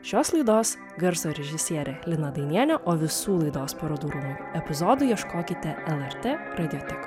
šios laidos garso režisierė lina dainienė o visų laidos parodų rūmų epizodų ieškokite lrt radiotekoj